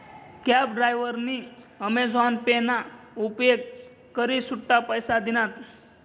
cab डायव्हरनी Amazon pay ना उपेग करी सुट्टा पैसा दिनात